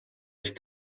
ich